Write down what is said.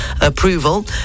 approval